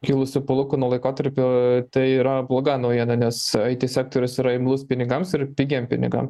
kilusių palūkanų laikotarpiu tai yra bloga naujiena nes it sektorius yra imlus pinigams ir pigiem pinigam